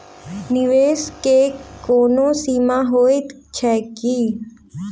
निवेश केँ कोनो सीमा होइत छैक की?